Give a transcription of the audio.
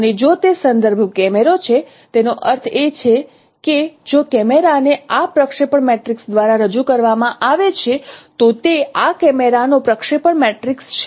અને જો તે સંદર્ભ કેમેરો છે તેનો અર્થ એ કે જો કેમેરાને આ પ્રક્ષેપણ મેટ્રિક્સ દ્વારા રજૂ કરવામાં આવે છે તો તે આ કેમેરાનો પ્રક્ષેપણ મેટ્રિક્સ છે